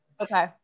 okay